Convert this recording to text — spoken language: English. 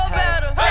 better